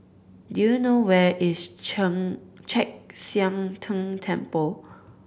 do you know where is Chen Chek Sian Tng Temple